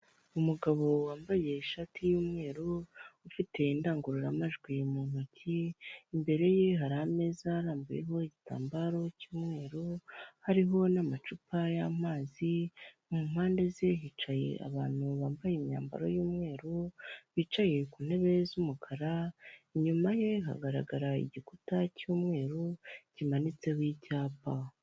Umugabo wambaye ishati y'umweru, ufite indangururamajwi mu ntoki, imbere ye hari ameza arambuho igitambaro cy'umweru hariho n'amacupa y'amazi, mu mpande ze hicaye abantu bambaye imyambaro y'umweru, bicaye ku ntebe z'umukara, inyuma ye hagaragarara igikuta cy'umweru kimanitseho icyapa.